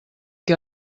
que